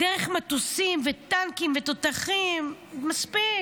דרך מטוסים וטנקים ותותחים, מספיק.